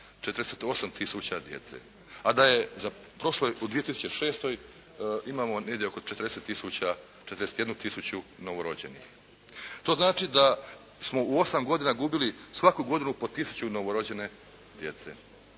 tisuća djece, a da je u prošloj u 2006. imamo negdje oko 40 tisuća, 41 tisuću novorođenih. To znači da smo u osam godini gubili svaku godinu po tisuću novorođene djece.